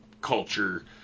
culture